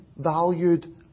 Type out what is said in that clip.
valued